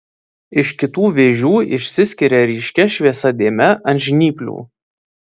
iš kitų vėžių išsiskiria ryškia šviesia dėme ant žnyplių